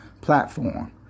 platform